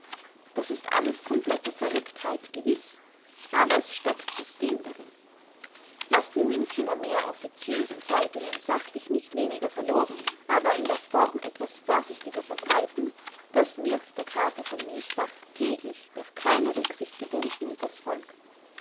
das ist alles komplette verrücktheit gewiß aber es steckt system darin was die münchener mehr-offiziösen zeitungen sachlich nicht weniger verlogen aber in der form etwas vorsichtiger verbreiten das wirft der cato von miesbach täglich durch keine rücksicht gebunden unters volk